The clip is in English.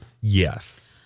Yes